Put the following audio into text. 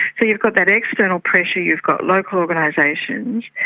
so you've got that external pressure, you've got local organisations.